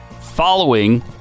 following